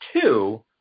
two